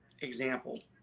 example